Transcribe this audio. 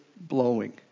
blowing